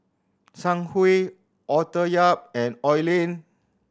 Zhang Hui Arthur Yap and Oi Lin